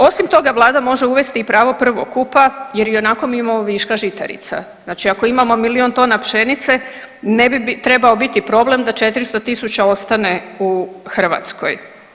Osim toga, vlada može uvesti i pravo prvokupa jer ionako mi imamo viška žitarica, znači ako imamo milijun tona pšenice ne bi trebao biti problem da 400 tisuća ostane u Hrvatskoj.